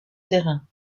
terrain